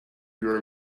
your